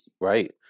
Right